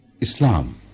Islam